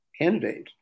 candidate